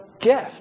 gift